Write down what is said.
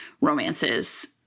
romances